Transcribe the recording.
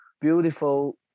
beautiful